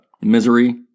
misery